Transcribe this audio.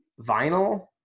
Vinyl